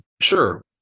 Sure